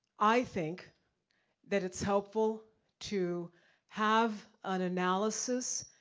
i think that it's helpful to have an analysis,